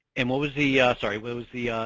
and what was the, sorry. what was the,